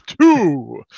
Two